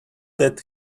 that